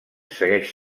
segueix